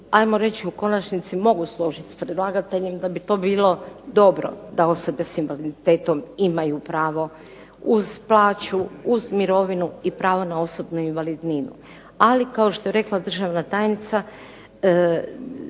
ajmo reć, u konačnici mogu složit s predlagateljem da bi to bilo dobro da osobe s invaliditetom imaju pravo uz plaću, uz mirovinu i pravo na osobnu invalidninu. Ali kao što je rekla državna tajnica,